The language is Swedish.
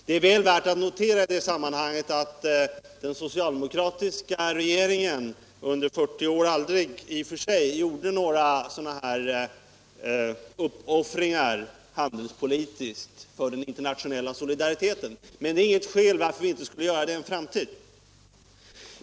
Det är väl värt att notera i detta sammanhang att den socialdemokratiska regeringen aldrig under 40 år handelspolitiskt gjorde några uppoffringar för den internationella solidariteten, men det är inget skäl för att vi inte skulle göra det i en framtid.